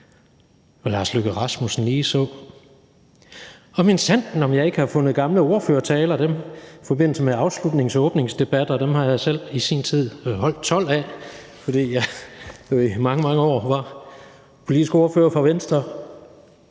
Og Lars Løkke Rasmussen ligeså. Og minsandten om jeg ikke har fundet gamle ordførertaler i forbindelse med afslutningsdebatter og åbningsdebatter – dem har jeg selv i sin tid holdt 12 af, fordi jeg jo i mange, mange år var politisk ordfører for Venstre.